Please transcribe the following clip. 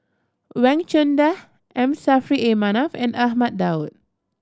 Wang Chunde M Saffri A Manaf and Ahmad Daud